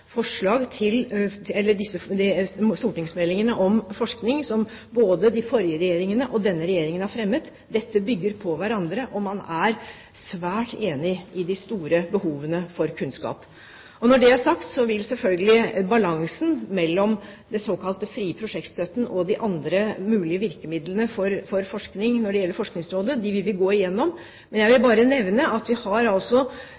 stortingsmeldingene om forskning som både tidligere regjeringer og denne regjeringen har fremmet. Disse bygger på hverandre, og man er svært enige om de store behovene for kunnskap. Når det er sagt, vil vi selvfølgelig gå gjennom balansen mellom den såkalt frie prosjektstøtten og de andre mulige virkemidlene for forskning som gjelder Forskningsrådet. Jeg vil bare nevne at vi har Sentre for fremragende forskning. Vi har forskningssentre for miljøvennlig energi. Vi